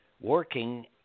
working